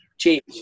Change